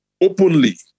openly